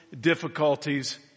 difficulties